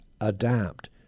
Adapt